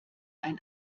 ein